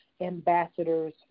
ambassadors